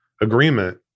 agreement